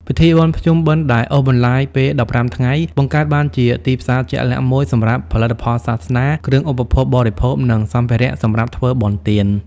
ពិធីបុណ្យភ្ជុំបិណ្ឌដែលអូសបន្លាយពេល ១៥ ថ្ងៃ បង្កើតបានជាទីផ្សារជាក់លាក់មួយសម្រាប់ផលិតផលសាសនា គ្រឿងឧបភោគបរិភោគ និងសម្ភារៈសម្រាប់ធ្វើបុណ្យទាន។